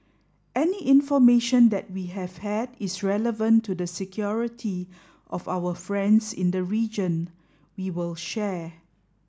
any information that we have had that is relevant to the security of our friends in the region we will share